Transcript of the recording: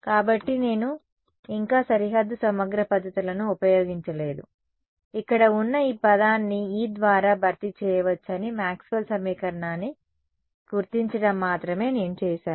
కాబట్టి నేను ఇంకా సరిహద్దు సమగ్ర పద్ధతులను ఉపయోగించలేదు ఇక్కడ ఉన్న ఈ పదాన్ని E ద్వారా భర్తీ చేయవచ్చని మాక్స్వెల్ సమీకరణాన్ని గుర్తించడం మాత్రమే నేను చేసాను